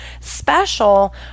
special